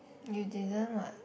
you didn't what